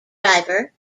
driver